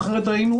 אחרת היינו